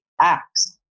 acts